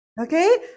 okay